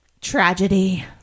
Tragedy